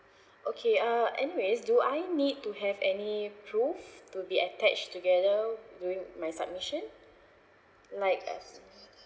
okay uh anyways do I need to have any proof to be attached together during my submission like uh